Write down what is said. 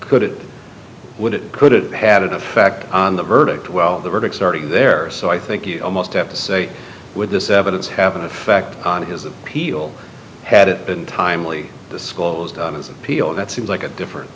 could it would it could it had an effect on the verdict well the verdict starting there are so i think you almost have to say with this evidence have an effect on his appeal had it been timely disclosed his appeal that seems like a different